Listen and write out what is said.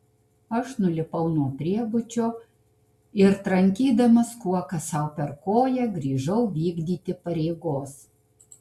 aš nulipau nuo priebučio ir trankydamas kuoka sau per koją grįžau vykdyti pareigos